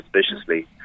suspiciously